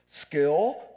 skill